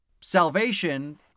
Salvation